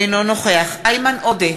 אינו נוכח איימן עודה,